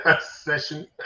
session